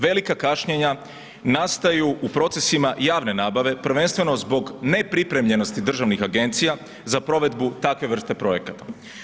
Velika kašnjenja nastaju u procesima javne nabave, prvenstveno zbog nepripremljenosti državnih agencija za provedbu takve vrste projekata.